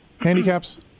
handicaps